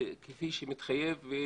כפי שמתחייב.